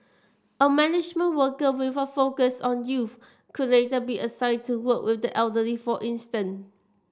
a management worker with a focus on youth could later be assigned to work with the elderly for instance